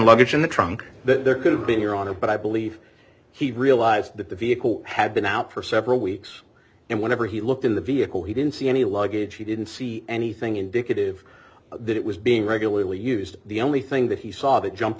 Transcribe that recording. luggage in the trunk that there could have been your honor but i believe he realized that the vehicle had been out for several weeks and whenever he looked in the vehicle he didn't see any luggage he didn't see anything indicative that it was being regularly used the only thing that he saw that jumped